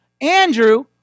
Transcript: Andrew